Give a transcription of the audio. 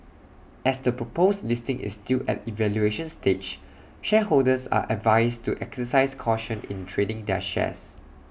as the proposed listing is still at evaluation stage shareholders are advised to exercise caution in trading their shares